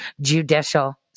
judicial